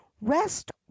rest